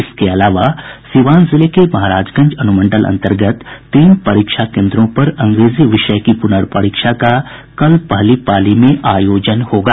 इसके अलावा सीवान जिले के महाराजगंज अनुमंडल अन्तर्गत तीन परीक्षा केन्द्रों पर अंग्रेजी विषय की प्रनर्परीक्षा का कल पहली पाली में आयोजन होगा